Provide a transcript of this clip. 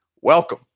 Welcome